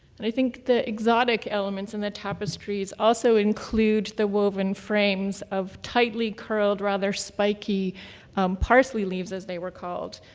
and i think the exotic elements in the tapestries also include the woven frames of tightly curled, rather spiky parsley leaves, as they were called,